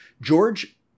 George